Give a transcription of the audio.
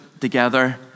together